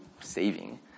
saving